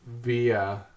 Via